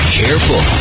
careful